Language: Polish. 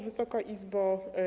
Wysoka Izbo!